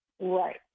Right